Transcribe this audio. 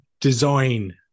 design